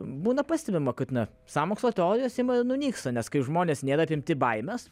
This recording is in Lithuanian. būna pastebima kad n asąmokslo teorijos ima nunyksta nes kai žmonės nėra apimti baimės